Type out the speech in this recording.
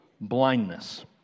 blindness